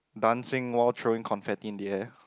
dancing while throwing confetti in the air